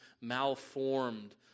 malformed